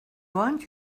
want